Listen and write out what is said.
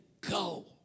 go